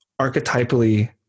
archetypally